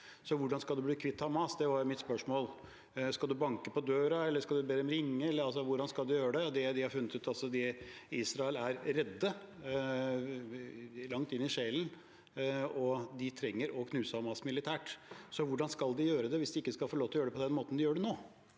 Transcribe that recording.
Så hvordan skal man bli kvitt Hamas? Det var mitt spørsmål. Skal man banke på døren, eller skal man be dem ringe? Hvordan skal man gjøre det? Det de har funnet ut, er altså at Israel er redd, langt inn i sjelen, og de trenger å knuse Hamas militært. Hvordan skal de gjøre det, hvis de ikke skal få lov til å gjøre det på den måten de gjør det nå?